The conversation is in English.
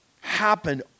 happen